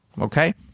okay